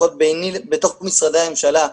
לפחות בתוך משרדי הממשלה,